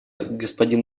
господин